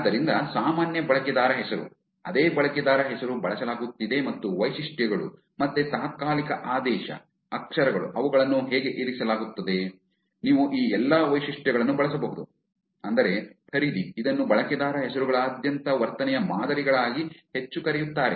ಆದ್ದರಿಂದ ಸಾಮಾನ್ಯ ಬಳಕೆದಾರ ಹೆಸರು ಅದೇ ಬಳಕೆದಾರ ಹೆಸರು ಬಳಸಲಾಗುತ್ತಿದೆ ಮತ್ತು ವೈಶಿಷ್ಟ್ಯಗಳು ಮತ್ತೆ ತಾತ್ಕಾಲಿಕ ಆದೇಶ ಅಕ್ಷರಗಳು ಅವುಗಳನ್ನು ಹೇಗೆ ಇರಿಸಲಾಗುತ್ತದೆ ನೀವು ಈ ಎಲ್ಲಾ ವೈಶಿಷ್ಟ್ಯಗಳನ್ನು ಬಳಸಬಹುದು ಅಂದರೆ ಪರಿಧಿ ಇದನ್ನು ಬಳಕೆದಾರ ಹೆಸರುಗಳಾದ್ಯಂತ ವರ್ತನೆಯ ಮಾದರಿಗಳಾಗಿ ಹೆಚ್ಚು ಕರೆಯುತ್ತಾರೆ